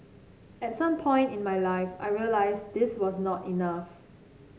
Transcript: at some point in my life I realised this was not enough